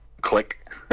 Click